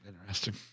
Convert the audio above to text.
Interesting